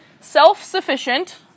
self-sufficient